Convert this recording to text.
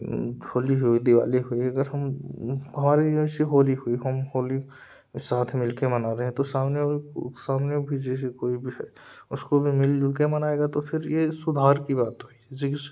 होली हुई दिवाली हुई अगर हम हमारे यहाँ जैसे होली हुई हम होली साथ मिलकर मना रहे हैं तो सामने सामने पीछे से कोई भी है उसको भी मिलकर मनाएगा तो फिर यह सुधार की बात